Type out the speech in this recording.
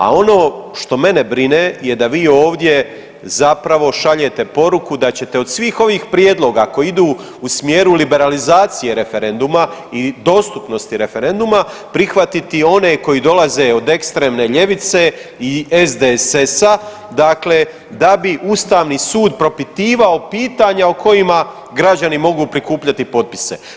A ono što mene brine je da vi ovdje zapravo šaljete poruku da ćete od svih ovih prijedloga koji idu u smjeru liberalizacije referenduma i dostupnosti referenduma prihvatiti one koji dolaze od ekstremne ljevice i SDSS-a, dakle da bi Ustavni sud propitivao pitanja o kojima građani mogu prikupljati potpise.